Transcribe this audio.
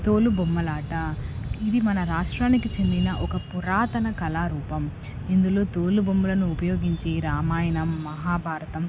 తోలు బొమ్మలాట ఇది మన రాష్ట్రానికి చెందిన ఒక పురాతన కళారూపం ఇందులో తోలుబొమ్మలను ఉపయోగించి రామాయణం మహాభారతం